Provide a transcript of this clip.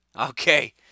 Okay